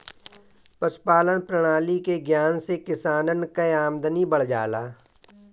पशुपालान प्रणाली के ज्ञान से किसानन कअ आमदनी बढ़ जाला